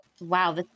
Wow